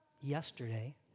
yesterday